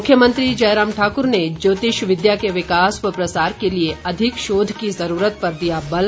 मुख्यमंत्री जयराम ठाकुर ने ज्योतिष विद्या के विकास व प्रसार के लिए अधिक शोध की ज़रूरत पर दिया बल